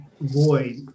void